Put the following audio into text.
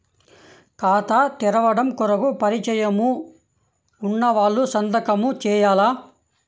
ఖాతా తెరవడం కొరకు పరిచయము వున్నవాళ్లు సంతకము చేయాలా?